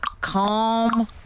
Calm